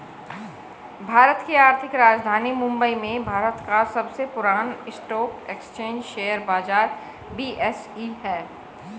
भारत की आर्थिक राजधानी मुंबई में भारत का सबसे पुरान स्टॉक एक्सचेंज शेयर बाजार बी.एस.ई हैं